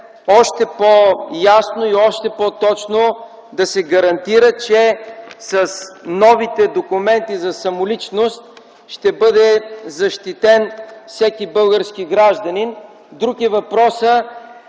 още по-ясно и още по-точно да се гарантира, че с новите документи за самоличност ще бъде защитен всеки български гражданин. Друг е въпросът,